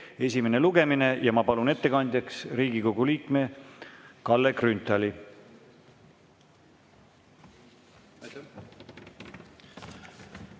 esimene lugemine. Ma palun ettekandjaks Riigikogu liikme Kalle Grünthali.